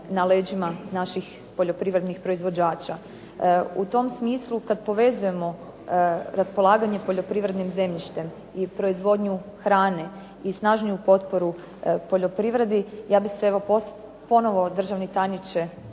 na leđima naših poljoprivrednih proizvođača. U tom smislu kad povezujemo raspolaganje poljoprivrednim zemljištem i proizvodnju hrane i snažniju potporu poljoprivredi, ja bih se evo ponovno državni tajniče